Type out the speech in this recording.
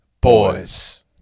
boys